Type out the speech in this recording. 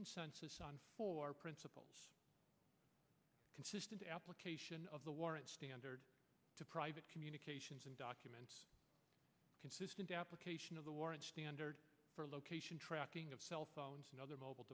consensus on four principles consistent application of the warrant standard to private communications and documents consistent application of the warrant for location tracking of cell phones and other mobile